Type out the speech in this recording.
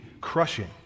crushing